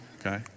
Okay